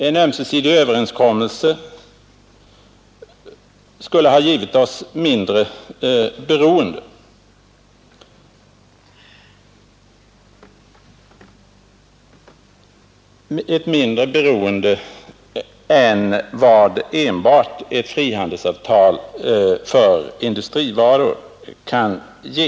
En ömsesidig överenskommelse skulle ha givit oss ett mindre beroende än vad enbart ett frihandelsavtal för industrivaror kan ge.